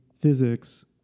physics